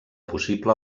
possible